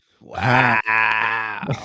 Wow